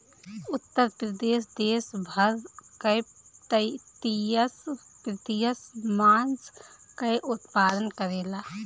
उत्तर प्रदेश देस भर कअ तेईस प्रतिशत मांस कअ उत्पादन करेला